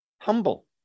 humble